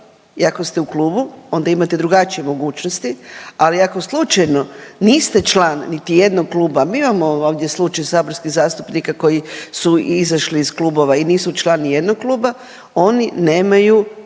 ako ste u klubu onda imate drugačije mogućnosti, ali ako slučajno niste član niti jednog kluba, mi imamo ovdje slučaj saborskih zastupnika koji su izašli iz klubova i nisu član nijednog kluba oni nemaju